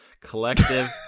Collective